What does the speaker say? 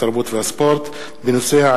התרבות והספורט בעקבות דיון מהיר בנושא: